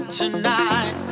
tonight